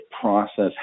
process